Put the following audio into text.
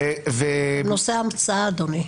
אדוני, נושא ההמצאה.